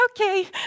okay